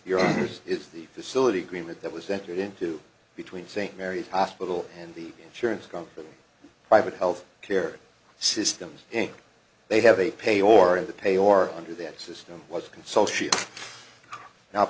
yours is the facility agreement that was entered into between st mary's hospital and the insurance company private health care systems inc they have a pay or in the pay or under that system was consult she is no